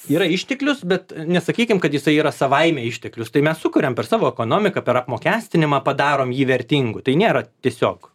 yra išteklius bet nesakykim kad jisai yra savaime išteklius tai mes sukuriam per savo ekonomiką per apmokestinimą padarom jį vertingu tai nėra tiesiog